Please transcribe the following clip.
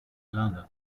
london